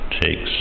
takes